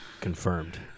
confirmed